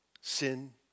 sin